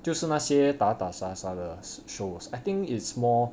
就是那些打打杀杀的 shows I think it's more